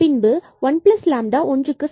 பின்பு 1λ ஒன்றுக்கு சமமாகிறது